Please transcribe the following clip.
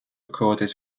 recorded